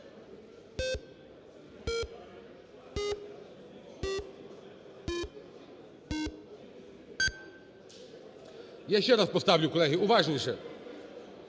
Я ще раз поставлю, колеги, уважніше.